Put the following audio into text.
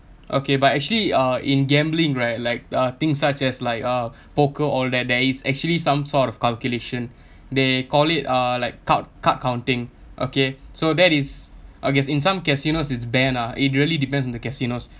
okay but actually uh in gambling right like uh things such as like uh poker all that there's actually some sort of calculation they call it uh like card card counting okay so that is I guess in some casinos it's banned ah it really depends on the casinos